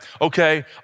okay